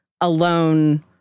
alone